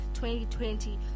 2020